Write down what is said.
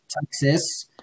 Texas